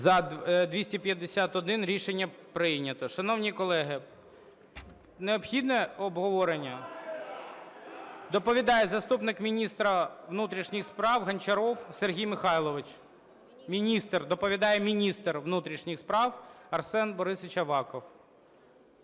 За-251 Рішення прийнято. Шановні колеги, необхідно обговорення? Доповідає заступник міністра внутрішніх справ Гончаров Сергій Михайлович… Міністр, доповідає міністр внутрішніх справ Арсен Борисович Аваков.